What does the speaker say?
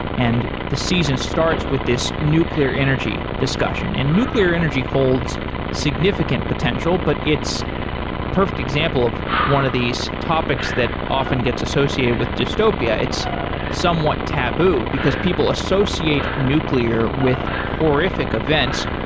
and the season starts with this nuclear energy discussion and nuclear energy holds significant potential, but it's perfect example of one of these topics that often gets associated with dystopia, it's somewhat taboo, because people associate nuclear with horrific events.